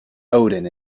odin